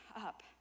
up